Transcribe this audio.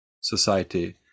Society